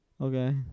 Okay